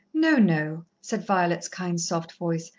no, no, said violet's kind, soft voice.